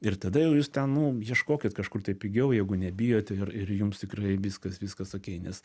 ir tada jau jūs ten nu ieškokit kažkur tai pigiau jeigu nebijot ir ir jums tikrai viskas viskas okei nes